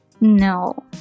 No